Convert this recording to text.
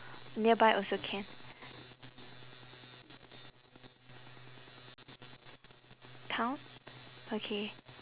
nearby also can town okay